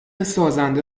سازنده